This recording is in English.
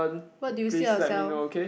what do you see yourself